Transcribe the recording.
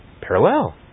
Parallel